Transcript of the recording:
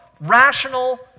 rational